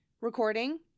recording